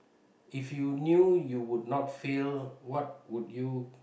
if you knew you would not fail what would you